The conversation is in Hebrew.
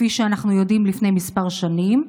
כפי שאנחנו יודעים, לפני כמה שנים.